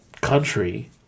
country